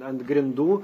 ant grindų